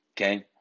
Okay